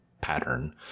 pattern